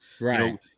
right